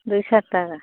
দুশো টাকা